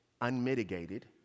unmitigated